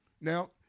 Now